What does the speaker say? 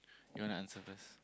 you want to answer first